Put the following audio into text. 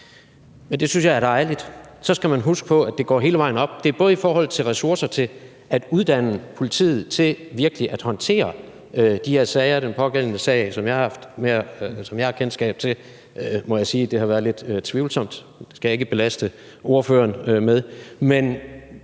Det synes jeg er dejligt. Så skal man huske på, at det går hele vejen op, og at det også er i forhold til ressourcer til at uddanne politiet til virkelig at håndtere de her sager – i den pågældende sag, som jeg har kendskab til, må jeg sige, at håndteringen har været lidt tvivlsom, men det skal jeg ikke belemre ordføreren med.